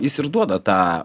jis ir duoda tą